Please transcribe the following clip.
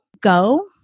go